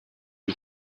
who